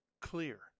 clear